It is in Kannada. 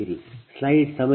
2 j1